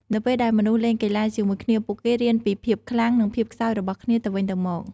នៅពេលដែលមនុស្សលេងកីឡាជាមួយគ្នា ពួកគេរៀនពីភាពខ្លាំង និងភាពខ្សោយរបស់គ្នាទៅវិញទៅមក។